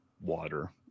water